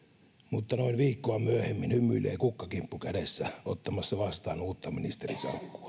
mutta noin viikkoa myöhemmin hymyilee kukkakimppu kädessä ottamassa vastaan uutta ministerisalkkua